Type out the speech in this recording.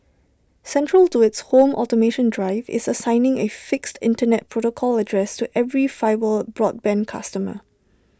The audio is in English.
central to its home automation drive is assigning A fixed Internet protocol address to every fibre broadband customer